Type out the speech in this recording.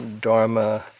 Dharma